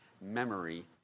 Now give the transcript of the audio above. memory